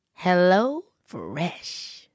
HelloFresh